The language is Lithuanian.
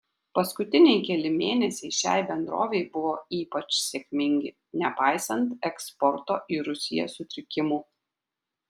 paskutiniai keli mėnesiai šiai bendrovei buvo ypač sėkmingi nepaisant eksporto į rusiją sutrikimų